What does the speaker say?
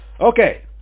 Okay